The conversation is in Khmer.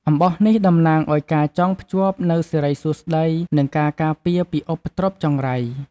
អំបោះនេះតំណាងឲ្យការចងភ្ជាប់នូវសិរីសួស្តី និងការការពារពីឧបទ្រពចង្រៃ។